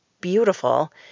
beautiful